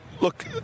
look